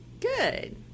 Good